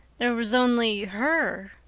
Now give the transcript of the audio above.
there was only her.